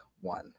one